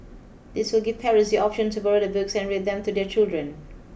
this will give parents the option to borrow the books and read them to their children